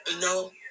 No